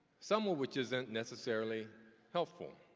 some of which isn't necessarily helpful.